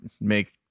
Make